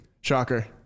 Shocker